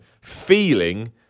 feeling